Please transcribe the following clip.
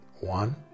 One